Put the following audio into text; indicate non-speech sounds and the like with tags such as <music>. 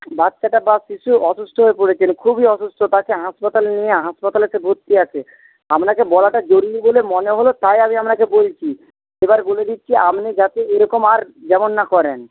বাচ্চাটা বা শিশু অসুস্থ হয়ে পড়েছে খুবই অসুস্থ তাকে হাসপাতালে নিয়ে হাসপাতালে সে ভর্তি আছে <unintelligible> আপনাকে বলাটা জরুরি বলে মনে হল তাই আমি আপনাকে বলছি এবার বলে দিচ্ছি আপনি যাতে এরকম আর যেমন না করেন